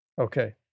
Okay